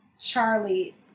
Charlie